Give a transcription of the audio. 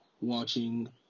watching